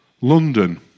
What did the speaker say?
London